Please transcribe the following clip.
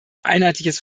einheitliches